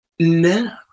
no